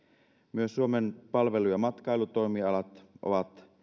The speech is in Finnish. myös suomen palvelu ja matkailutoimialat ovat